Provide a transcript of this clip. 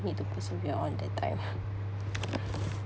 need to persevere on the time